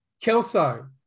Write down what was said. Kelso